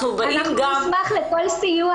אנחנו באים גם- -- אנחנו נשמח לכל סיוע,